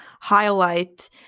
highlight